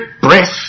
breath